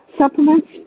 supplements